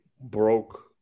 broke